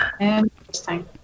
Interesting